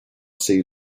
sea